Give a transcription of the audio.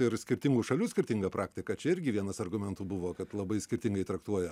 ir skirtingų šalių skirtinga praktika čia irgi vienas argumentų buvo kad labai skirtingai traktuoja